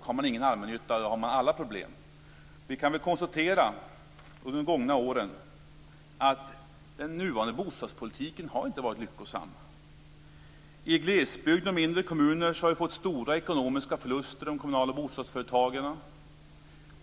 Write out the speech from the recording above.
Har man ingen allmännytta, har man alla problem. Vi kan konstatera att den nuvarande bostadspolitiken inte varit lyckosam. I glesbygd och i mindre kommuner har man fått stora ekonomiska förluster i de kommunala bostadsföretagen.